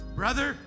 brother